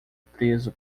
preso